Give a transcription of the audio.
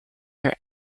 their